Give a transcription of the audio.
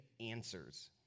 answers